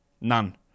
None